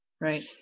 Right